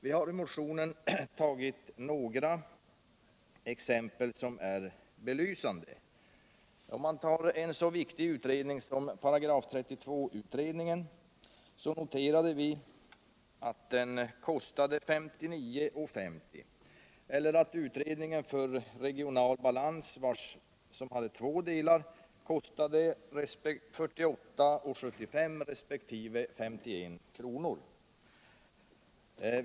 Vi har i motionen tagit några exempel som är belysande. Vi har noterat att en så viktig utredning som § 32-utredningen kostar 59:50 kr. och att två delar av utredningen Politik för regional balans kostar 48:75 kr. resp. 51 kr.